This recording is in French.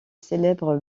célèbre